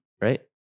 right